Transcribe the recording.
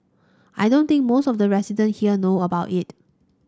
I don't think most of the resident here know about it